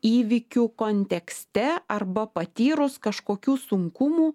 įvykių kontekste arba patyrus kažkokių sunkumų